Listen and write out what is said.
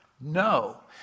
No